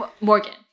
Morgan